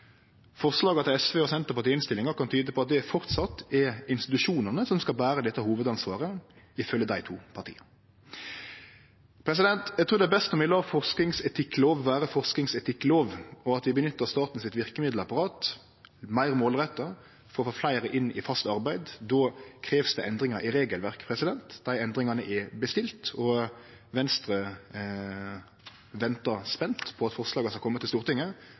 Forslaga til SV og Senterpartiet i innstillinga kan tyde på at det framleis er institusjonane som skal bere dette hovudansvaret – ifølgje dei to partia. Eg trur det er best om vi lèt forskingsetikklov vere forskingsetikklov, og at vi nyttar statens verkemiddelapparat meir målretta for å få fleire inn i fast arbeid – det krev endringar i regelverk. Dei endringane er bestilte, Venstre ventar spent på at forslaga skal kome til Stortinget